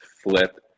flip